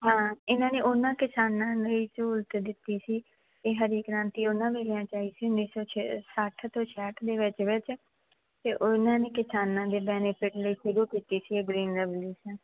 ਹਾਂ ਇਹਨਾਂ ਨੇ ਉਹਨਾਂ ਕਿਸਾਨਾਂ ਲਈ ਸਹੂਲਤ ਦਿੱਤੀ ਸੀ ਇਹ ਹਰੀ ਕ੍ਰਾਂਤੀ ਉਹਨਾਂ ਵੇਲਿਆਂ 'ਚ ਆਈ ਸੀ ਉਨੀ ਸੌ ਸ ਸੱਠ ਤੋਂ ਛਿਆਹਠ ਦੇ ਵਿੱਚ ਵਿੱਚ ਅਤੇ ਉਹਨਾਂ ਨੇ ਕਿਸਾਨਾਂ ਦੇ ਬੈਨੀਫਿਟ ਲਈ ਸ਼ੁਰੂ ਕੀਤੀ ਸੀ ਗਰੀਨ ਰੈਵੂਲਿਓਸ਼ਨ